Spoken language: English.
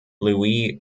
louis